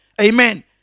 Amen